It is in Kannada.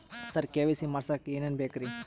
ಸರ ಕೆ.ವೈ.ಸಿ ಮಾಡಸಕ್ಕ ಎನೆನ ಬೇಕ್ರಿ?